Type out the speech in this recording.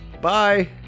Bye